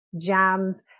jams